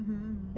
mmhmm